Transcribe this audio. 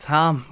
Tom